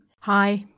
Hi